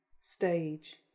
stage